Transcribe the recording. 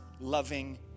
loving